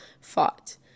fought